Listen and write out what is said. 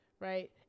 right